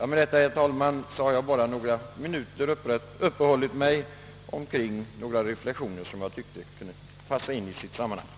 Med detta, herr talman, har jag bara några minuter uppehållit mig kring några förslag och gjort några reflexioner som jag tyckte kunde passa in i sammanhanget.